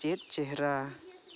ᱪᱮᱫ ᱪᱮᱦᱨᱟ